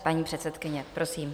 Paní předsedkyně, prosím.